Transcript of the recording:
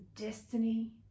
destiny